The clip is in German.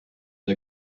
der